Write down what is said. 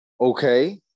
Okay